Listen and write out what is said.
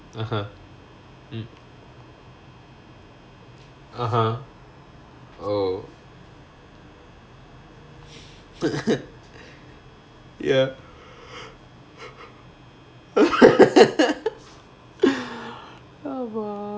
(uh huh) mm (uh huh) oh ya அப்ப:appe